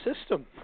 system